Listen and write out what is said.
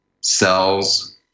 cells